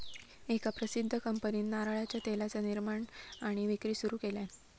एका प्रसिध्द कंपनीन नारळाच्या तेलाचा निर्माण आणि विक्री सुरू केल्यान